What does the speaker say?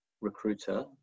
recruiter